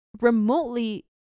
remotely